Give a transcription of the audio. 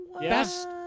best